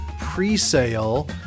pre-sale